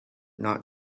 not